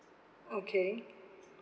okay